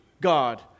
God